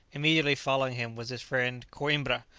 immediately following him was his friend coimbra,